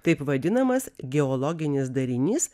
taip vadinamas geologinis darinys